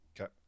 Okay